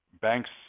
banks